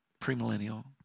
premillennial